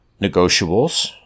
negotiables